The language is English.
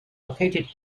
located